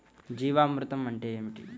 జీవామృతం అంటే ఏమిటి?